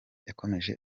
yakomeje